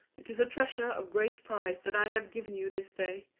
it is a treasure of great price that i have given you this day.